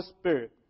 Spirit